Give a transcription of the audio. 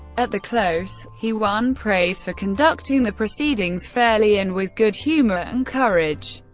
at the close, he won praise for conducting the proceedings fairly and with good humor and courage,